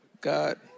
God